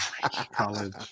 college